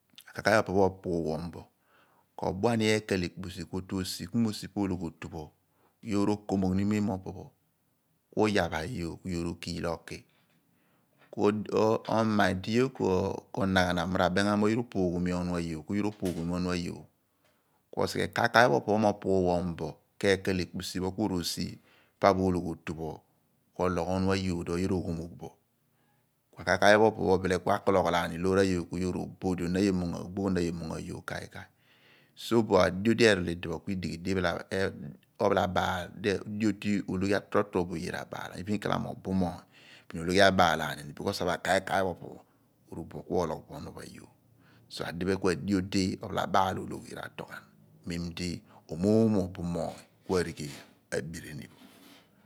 A'kai kai pho opo ophughol bo ku opuughuom keekela ekpisi ku otu osiom ologhuru, mem mo opo poro yoor okom mogh ni ku uyapha iyoor ku yoor okiil oki ku ama idi yoor ko naghanan mo r'abem ghan mo yoor upoghoghoomi ohnu ayoor ku osighe kai kai pho opo opuughuom bo keekela ekpisiku oru osiom ologhiotu ku ologh ohnu ayoor mem ono upo yoor oghom bo. Ku a'kai kai pho opo abile akologhol aani loor ayoor ku yoor r'oboh di ogbogh oniin ayon m'ungo aani iyoor kai kai. Ku adio di erol idipho ku adio di torobo ologhi oye abaal li ghalamo ken r'obum oony loor esi a'kaikai pho mo ngo bo nyodi ku ọlọ opo ku amem di ologhi atorobo oye r'abaal ghan mem di omoom bumoomy arigheel abirini.